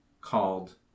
called